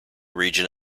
region